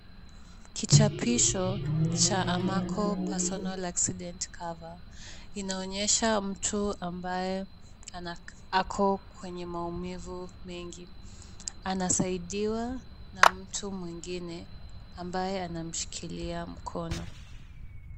Kichapisho cha Amaco Personal Accident Cover, inaonyesha mtu ambaye ako kwenye maumivu mengi. Anasaidiwa na mtu mwingine ambaye anamshikilia mkono.